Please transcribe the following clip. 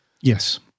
Yes